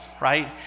right